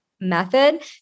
method